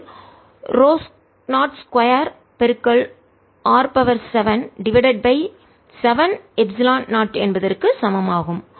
இது ρ0 2 R 7 divided by 7 epsilon 0 என்பதற்கு சமம் ஆகும்